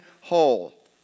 whole